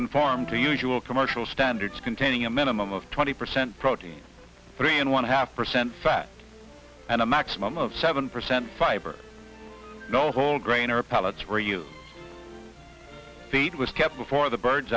conform to usual commercial standards containing a minimum of twenty percent protein three and one half percent fat and a maximum of seven percent fiber all whole grain or pellets where you feed it was kept before the birds